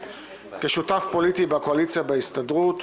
כשותף פוליטי בקואליציה בהסתדרות,